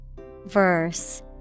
Verse